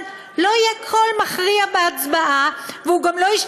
יכהנו במועצה" ואללה,